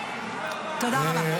תודה רבה.